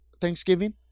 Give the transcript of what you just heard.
Thanksgiving